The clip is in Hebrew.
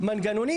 מנגנונים